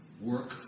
work